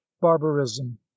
barbarism